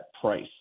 price